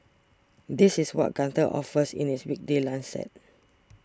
this is what Gunther offers in its weekday lunch set